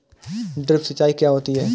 Drip सिंचाई क्या होती हैं?